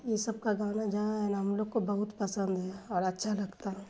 یہ سب کا گانا جہاں ہے نا ہم لوگ کو بہت پسند ہے اور اچھا لگتا ہے